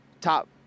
top